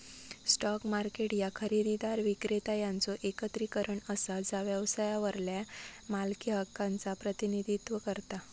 stock market ह्या खरेदीदार, विक्रेता यांचो एकत्रीकरण असा जा व्यवसायावरल्या मालकी हक्कांचा प्रतिनिधित्व करता